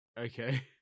Okay